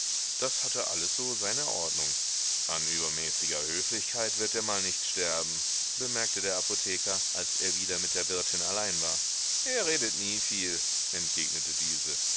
das hatte alles so seine ordnung an übermäßiger höflichkeit wird der mal nicht sterben bemerkte der apotheker als er wieder mit der wirtin allein war er redet nie viel entgegnete diese